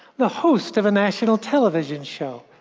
the host of a national television show.